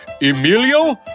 Emilio